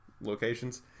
locations